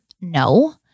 no